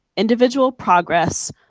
individual progress,